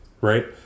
right